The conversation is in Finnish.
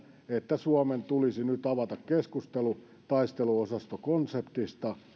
että suomen tulisi nyt avata keskustelu taisteluosastokonseptista